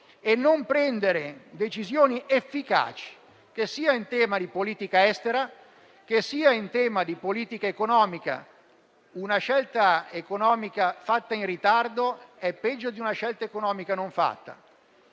e non prendere decisioni efficaci sia in tema di politica estera, sia in tema di politica economica (una scelta economica fatta in ritardo è peggio di una scelta economica non fatta),